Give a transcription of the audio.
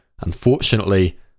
Unfortunately